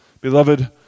Beloved